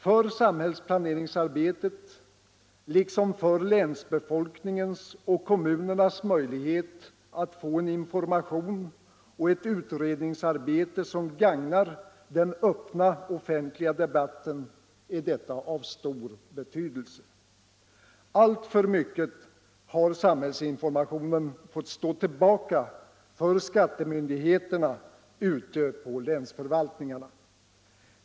För samhällsplaneringsarbetet liksom för länsbefolkningens och kommunernas möjlighet att få en information och ett utredningsarbete, som gagnar den öppna offentliga debatten, är detta av stor betydelse. Alltför mycket har samhällsinformationen fått stå tillbaka för skattemyndigheternas intressen ute på länsförvaltningarna.